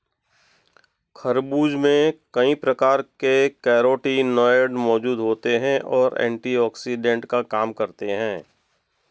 खरबूज में कई प्रकार के कैरोटीनॉयड मौजूद होते और एंटीऑक्सिडेंट का काम करते हैं